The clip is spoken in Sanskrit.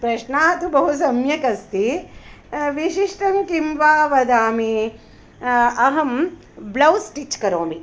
प्रश्नाः तु बहु सम्यक् अस्ति विशिष्टं किं वा वदामि अहं ब्लौस् स्टिच् करोमि